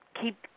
Keep